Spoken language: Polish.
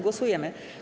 Głosujemy.